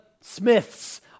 smiths